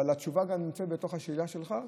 אבל התשובה נמצאת בתוך השאלה שלך,